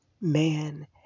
man